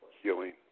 healing